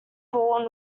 born